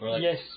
Yes